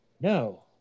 No